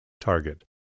Target